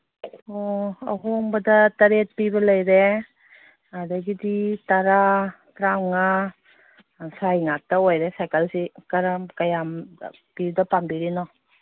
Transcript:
ꯑꯣ ꯑꯍꯣꯡꯕꯗ ꯇꯔꯦꯠ ꯄꯤꯕ ꯂꯩꯔꯦ ꯑꯗꯒꯤꯗꯤ ꯇꯔꯥ ꯇ꯭ꯔꯥꯉꯥ ꯁ꯭ꯋꯥꯏ ꯉꯥꯛꯇ ꯑꯣꯏꯔꯦ ꯁꯥꯏꯀꯜꯁꯤ ꯀꯔꯝ ꯀꯌꯥꯝ ꯄꯤꯕꯗ ꯄꯥꯝꯕꯤꯔꯤꯅꯣ